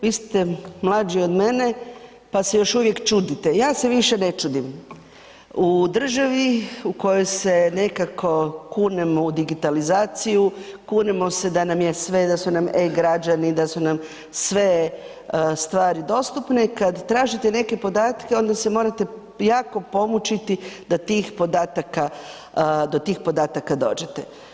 Vi ste mlađi od mene pa se još uvijek čudite, ja se više ne čudim, u državi u kojoj se nekako kunemo u digitalizaciju, kunemo se da nam je sve, da su nam e-Građani, da su nam sve stvari dostupne, kad tražite neke podatke onda se morate jako pomučiti da tih podataka do tih podataka dođete.